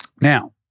Now